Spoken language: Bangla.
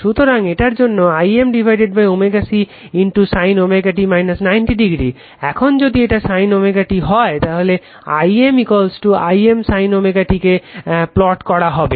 সুতরাং এটার জন্য I m ω C sin ω t 90° এখন যদি এটা sin ω t হয়ে তাহলে I m I m sin ω t কে প্লট করা হবে